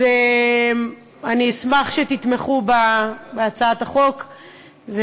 אז אני אשמח שתתמכו בהצעת החוק,